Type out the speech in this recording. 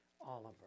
Oliver